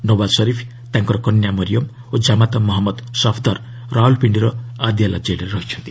ନଓ୍ୱାଜ୍ ସରିଫ୍ ତାଙ୍କ କନ୍ୟା ମରିୟମ୍ ଓ ଜାମାତା ମହଞ୍ଜଦ ସଫ୍ଦର୍ ରାଓ୍ବଲପିଣ୍ଡିର ଅଦିଆଲା ଜେଲ୍ରେ ଅଛନ୍ତି